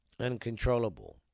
uncontrollable